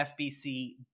FBC